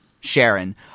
Sharon